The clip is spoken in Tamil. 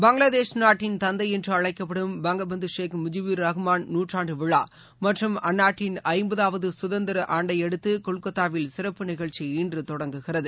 பங்களாதேஷ் நாட்டின் தந்தை என்று அழைக்கப்படும் பங்கபந்து ஷேக் முஜிபுர் ரஹ்மான் நற்றாண்டு விழா மற்றும் அந்நாட்டின் ஐம்பதாவது சுதந்திர ஆண்டை அடுத்து கொல்கத்தாவில் சிறப்பு நிகழ்ச்சி இன்று தொடங்குகிறது